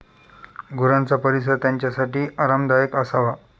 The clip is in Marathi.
गुरांचा परिसर त्यांच्यासाठी आरामदायक असावा